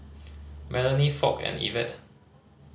Melony Foch and Ivette